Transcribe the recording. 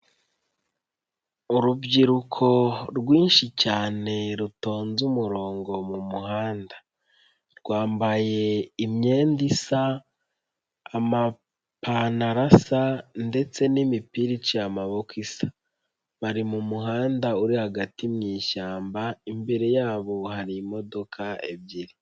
Urubyiruko rwinshi cyane rutonze umurongo mu muhanda, rwambaye imyenda isa amapantaro asa ndetse n'imipira iciye amaboko isa, bari mu muhanda uri hagati mu ishyamba imbere yabo hari imodoka ebyiri.